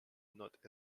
not